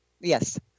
Yes